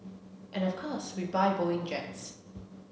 and of course we buy Boeing jets